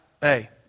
Hey